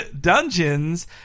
dungeons